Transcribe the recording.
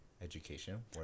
Education